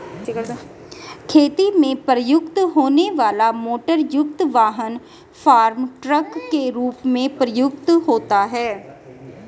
खेती में प्रयुक्त होने वाला मोटरयुक्त वाहन फार्म ट्रक के रूप में प्रयुक्त होता है